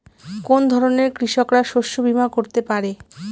কোন ধরনের কৃষকরা শস্য বীমা করতে পারে?